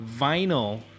vinyl